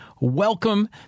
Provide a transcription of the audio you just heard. Welcome